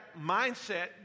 mindset